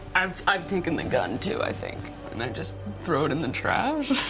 i've i've taken the gun too, i think, and i just throw it in the trash.